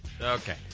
Okay